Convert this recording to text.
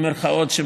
במירכאות,